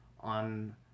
on